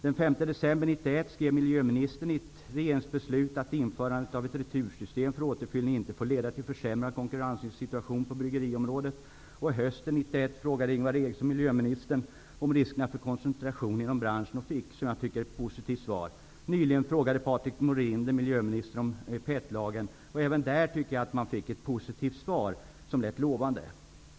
Den 5 december 1991 skrev miljöministern i ett regeringsbeslut att införandet av ett retursystem för återfyllning inte får leda till en försämrad konkurrenssituation på bryggeriområdet. Hösten 1991 frågade Ingvar Eriksson miljöministern om riskerna för koncentration inom branschen och fick ett positivt svar. Nyligen frågade Patrik Norinder miljöministern om PET-lagen, och även han fick ett positivt svar, som lät lovande.